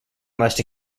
must